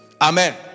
Amen